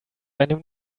einem